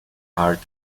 art